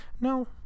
no